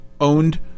owned